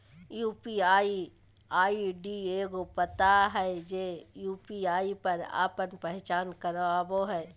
UPI ID एगो पता हइ जे यू.पी.आई पर आपन पहचान करावो हइ